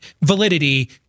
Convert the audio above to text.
validity